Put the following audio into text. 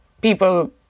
people